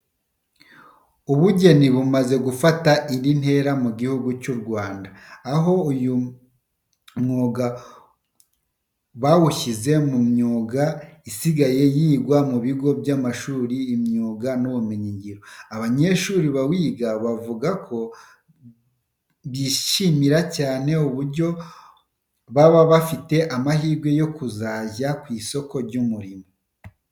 Ubugeni bumaze gufata indi ntera mu Gihugu cy'u Rwanda, aho uyu mwuga bawushyize mu myuga isigaye yigwa mu bigo by'amashuri y'imyuga n'ubumenyingiro. Abanyeshuri bawiga bavuga ko bishimira cyane uburyo baba bafite amahirwe yo kujya ku isoko ry'umurimo.